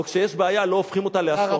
או כשיש בעיה לא הופכים אותה לאסון.